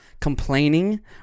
Complaining